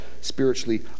spiritually